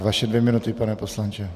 Vaše dvě minuty, pane poslanče.